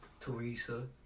Teresa